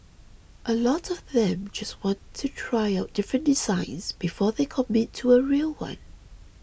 a lot of them just want to try out different designs before they commit to a real one